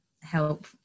help